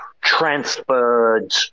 transferred